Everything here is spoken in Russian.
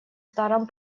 старом